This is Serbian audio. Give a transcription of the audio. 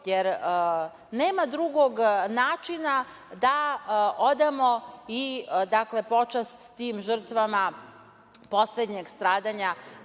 jer nema drugog načina da odamo počast tim žrtvama poslednjeg stradanja